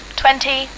twenty